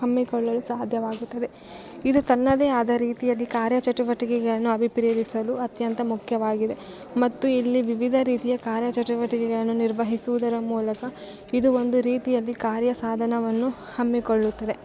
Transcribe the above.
ಹಮ್ಮಿಕೊಳ್ಳಲು ಸಾಧ್ಯವಾಗುತ್ತದೆ ಇದು ತನ್ನದೇ ಆದ ರೀತಿಯಲ್ಲಿ ಕಾರ್ಯ ಚಟುವಟಿಕೆಗಳನ್ನು ಅಭಿಪ್ರೇರಿಸಲು ಅತ್ಯಂತ ಮುಖ್ಯವಾಗಿದೆ ಮತ್ತು ಇಲ್ಲಿ ವಿವಿಧ ರೀತಿಯ ಕಾರ್ಯ ಚಟುವಟಿಕೆಗಳನ್ನು ನಿರ್ವಹಿಸುವುದರ ಮೂಲಕ ಇದು ಒಂದು ರೀತಿಯಲ್ಲಿ ಕಾರ್ಯಸಾಧನವನ್ನು ಹಮ್ಮಿಕೊಳ್ಳುತ್ತದೆ